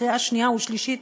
קריאה שנייה ושלישית.